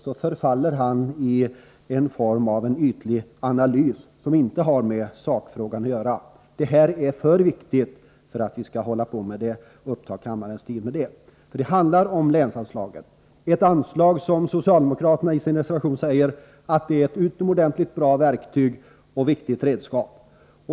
Så förfaller han till en form av ytlig analys som inte har med sakfrågan att göra. Dessa frågor är alltför viktiga för att vi skall uppta kammarens tid med sådant här. Det handlar om länsanslaget — ett anslag som socialdemokraterna i sin reservation säger är ett utomordentligt bra verktyg och ett viktigt redskap.